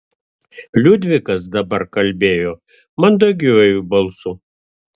liudvikas dabar kalbėjo mandagiuoju balsu